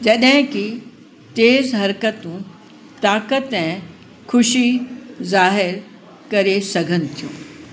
जॾहिं कि तेज़ु हरकतूं ताकत ऐं खुशी ज़ाहिर करे सघनि थियूं